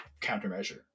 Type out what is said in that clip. countermeasure